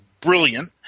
brilliant